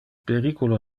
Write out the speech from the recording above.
periculo